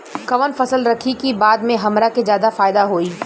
कवन फसल रखी कि बाद में हमरा के ज्यादा फायदा होयी?